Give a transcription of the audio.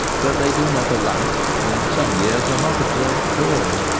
but they do not alight, and in some years are not observed at all.